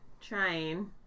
trying